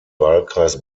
wahlkreis